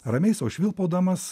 ramiai sau švilpaudamas